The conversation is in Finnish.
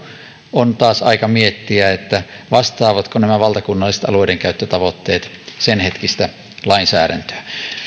on taas aika miettiä vastaavatko nämä valtakunnalliset alueidenkäyttötavoitteet senhetkistä lainsäädäntöä